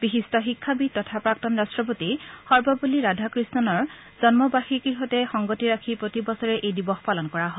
বিশিষ্ট শিক্ষাবিদ তথা প্ৰাক্তন ৰাষ্ট্ৰপতি সৰ্বপল্লী ৰাধাকৃষ্ণৰ জন্মবাৰ্ষিকীৰ লগত সংগতি ৰাখি প্ৰতি বছৰে এই দিৱস পালন কৰা হয়